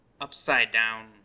upside-down